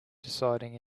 deciding